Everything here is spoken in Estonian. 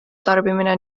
tarbimine